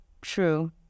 True